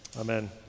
Amen